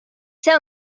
see